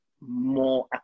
more